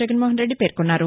జగన్మోహన్రెడ్డి పేర్కొన్నారు